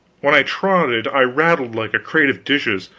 when i trotted, i rattled like a crate of dishes,